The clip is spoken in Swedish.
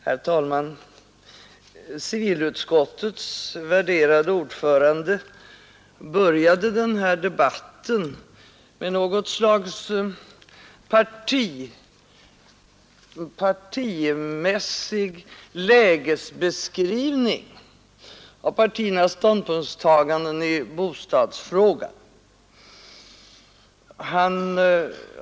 Herr talman! Civilutskottets värderade ordförande började denna debatt med något slags lägesbeskrivning av partiernas ståndpunktstagande i bostadsfrågan.